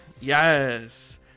yes